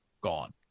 gone